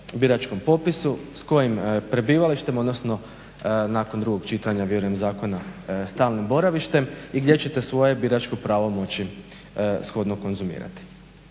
biračkom popisu, s kojim prebivalištem odnosno nakon drugog čitanja vjerujem Zakona sa stalnim boravištem i gdje ćete svoje biračko pravo moći shodno konzumirati.